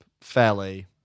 fairly